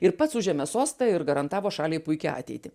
ir pats užėmė sostą ir garantavo šaliai puikią ateitį